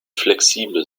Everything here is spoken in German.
flexibel